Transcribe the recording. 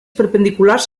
perpendiculars